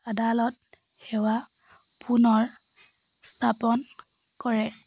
আদালত সেৱা পুনৰ স্থাপন কৰে